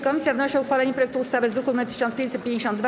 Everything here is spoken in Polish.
Komisja wnosi o uchwalenie projektu ustawy z druku nr 1552.